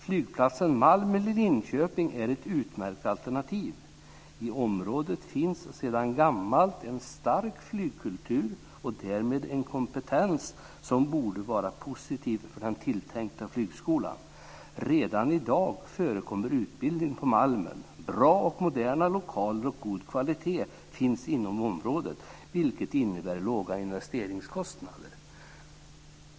Flygplatsen Malmen i Linköping är ett utmärkt alternativ. I området finns sedan gammalt en stark flygkultur och därmed en kompetens som borde vara positiv för den tilltänkta flygskolan. Redan i dag förekommer utbildning på Malmen. Bra och moderna lokaler och god kvalitet finns inom området, vilket innebär låga investeringskostnader.